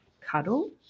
cuddle